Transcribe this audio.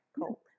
Cool